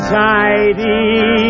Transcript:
tidy